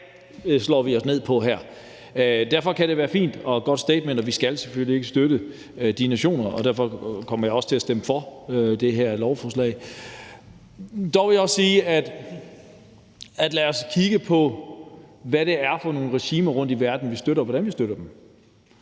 Derfor kan det alligevel være et fint og godt statement, og vi skal selvfølgelig ikke støtte de nationer, og derfor kommer jeg til at stemme for det her lovforslag. Dog vil jeg også sige, at jeg synes, vi skal kigge på, hvad det er for nogle regimer rundtom i verden, vi støtter, og hvordan vi støtter dem.